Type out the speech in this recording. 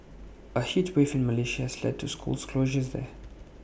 A heat wave in Malaysia's led to schools closures there